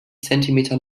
zentimeter